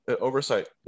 oversight